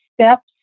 steps